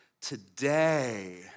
Today